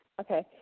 Okay